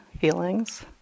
feelings